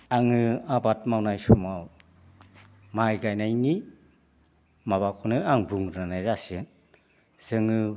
आङो आबाद मावनाय समाव माइ गायनायनि माबाखौनो आं बुंग्रोनाय जासिगोन जोङो